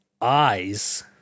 eyes